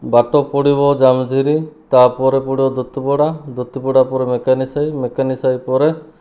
ବାଟ ପଡିବ ଜାମଜେରୀ ତାପରେ ପଡିବ ଦୋତପଡା ଦୋତପଡ଼ା ପରେ ମେକାନିସାହି ମେକାନିସାହି ପରେ